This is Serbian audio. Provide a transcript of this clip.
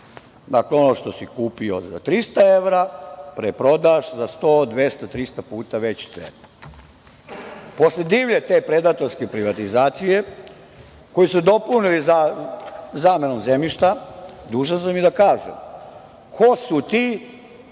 Dakle, ono što si kupio za 300 evra, preprodaš za 100, 200, 300 puta veću cenu. Posle divne te predatorske privatizacije, koju su dopunili zamenom zemljšta, dužan sam i da kažem ko su ti kome